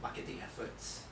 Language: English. marketing efforts